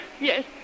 Yes